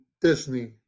Disney